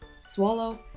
swallow